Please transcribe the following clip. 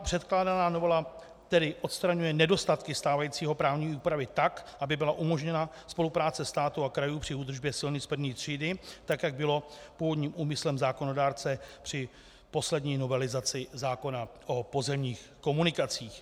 Předkládaná novela tedy odstraňuje nedostatky stávající právní úpravy tak, aby byla umožněna spolupráce státu a krajů při údržbě silnic první třídy tak, jak bylo původním úmyslem zákonodárce při poslední novelizaci zákona o pozemních komunikacích.